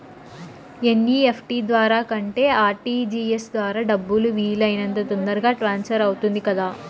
NEFT ద్వారా కంటే RTGS ద్వారా డబ్బు వీలు అయినంత తొందరగా ట్రాన్స్ఫర్ అవుతుంది కదా